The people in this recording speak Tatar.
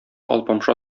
алпамша